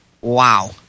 wow